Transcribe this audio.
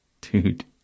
dude